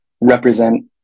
represent